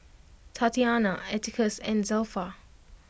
Tatyanna Atticus and Zelpha